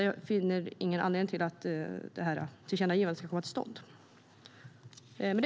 Jag finner därför ingen anledning att detta tillkännagivande ska komma till stånd.